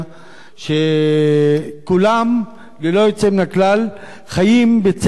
שכולם ללא יוצא מן הכלל חיים בצל סכנת חיים.